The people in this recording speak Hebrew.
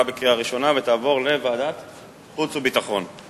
לוועדת החוץ והביטחון נתקבלה.